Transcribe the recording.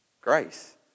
Grace